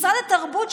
משרד התרבות,